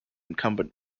incumbent